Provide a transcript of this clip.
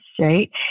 right